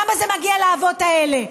למה זה מגיע לאבות האלה?